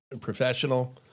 professional